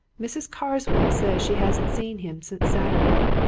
mrs. carswell says she hasn't seen him since saturday.